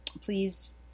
please